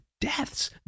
deaths